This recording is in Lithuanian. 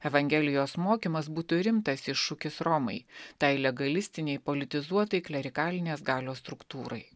evangelijos mokymas būtų rimtas iššūkis romai tai legalistinėje politizuotai klerikalinės galios struktūrai